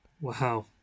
Wow